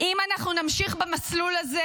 אם אנחנו נמשיך המסלול הזה,